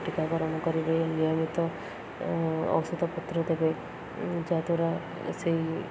ଟୀକାକରଣ କରିବେ ନିୟମିତ ଔଷଧ ପତ୍ର ଦେବେ ଯାହାଦ୍ୱାରା ସେଇ